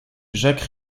jacques